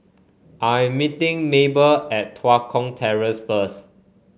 I am meeting Mabel at Tua Kong Terrace first